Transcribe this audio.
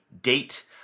date